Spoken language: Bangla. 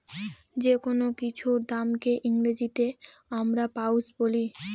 যেকোনো কিছুর দামকে ইংরেজিতে আমরা প্রাইস বলি